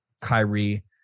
Kyrie